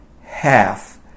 half